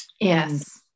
Yes